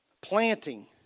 Planting